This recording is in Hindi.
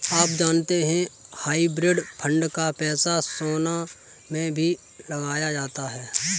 आप जानते है हाइब्रिड फंड का पैसा सोना में भी लगाया जाता है?